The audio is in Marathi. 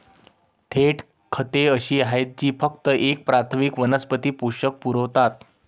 थेट खते अशी आहेत जी फक्त एक प्राथमिक वनस्पती पोषक पुरवतात